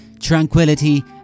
tranquility